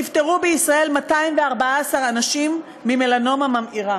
נפטרו בישראל 214 אנשים ממלנומה ממאירה,